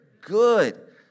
good